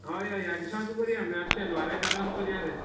हय हय ह्या दिसांक करया आतां शेनवार आयतारा अशें करया रे